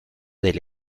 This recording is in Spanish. del